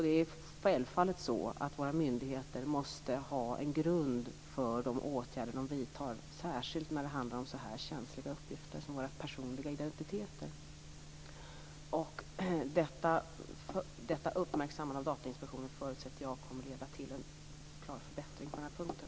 Det är självfallet så att våra myndigheter måste ha en grund för de åtgärder de vidtar, särskilt när det handlar om så här känsliga uppgifter som våra personliga identiteter. Detta uppmärksammande av Datainspektionen förutsätter jag kommer att leda till en klar förbättring på den här punkten.